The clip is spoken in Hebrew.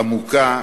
עמוקה,